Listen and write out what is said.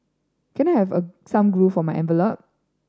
can I have a some glue for my envelope